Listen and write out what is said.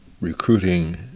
recruiting